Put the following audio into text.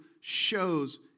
shows